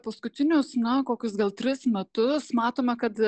paskutinius na kokius gal tris metus matome kad